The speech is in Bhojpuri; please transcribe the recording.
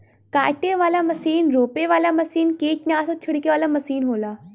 काटे वाला मसीन रोपे वाला मसीन कीट्नासक छिड़के वाला मसीन होला